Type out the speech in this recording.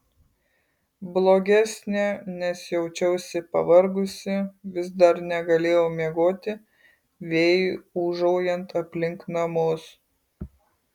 blogesnė nes jaučiausi pavargusi vis dar negalėjau miegoti vėjui ūžaujant aplink namus